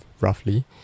roughly